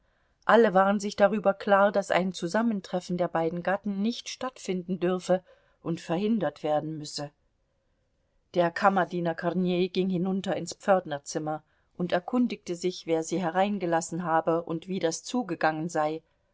alle waren sich darüber klar daß ein zusammentreffen der beiden gatten nicht stattfinden dürfe und verhindert werden müsse der kammerdiener kornei ging hinunter ins pförtnerzimmer und erkundigte sich wer sie hereingelassen habe und wie das zugegangen sei